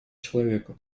человека